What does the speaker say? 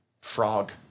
frog